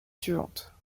suivantes